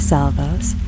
Salvo's